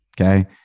Okay